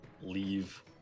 leave